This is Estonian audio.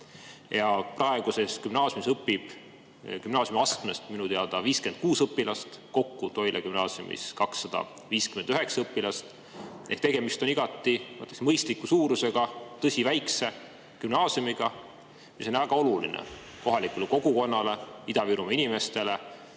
Praegu õpib gümnaasiumiastmes minu teada 56 õpilast ja kokku Toila Gümnaasiumis 259 õpilast ehk tegemist on igati mõistliku suurusega, tõsi, väikese gümnaasiumiga, mis on väga oluline kohalikule kogukonnale, Ida-Virumaa inimestele,